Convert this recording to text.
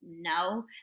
No